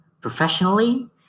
professionally